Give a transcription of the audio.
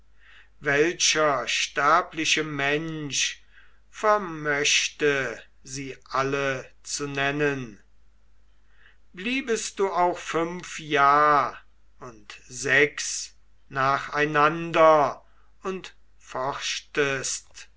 welcher sterbliche mensch vermöchte sie alle zu nennen bliebest du auch fünf jahr und sechs nacheinander und